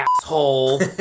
asshole